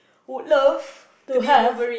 would love to have